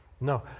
No